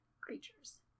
creatures